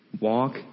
walk